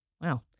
Wow